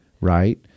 Right